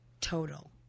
total